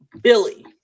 Billy